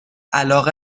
علاقه